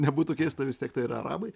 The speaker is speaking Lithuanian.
nebūtų keista vis tiek tai yra arabai